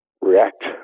react